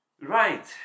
right